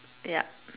ya